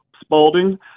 Spalding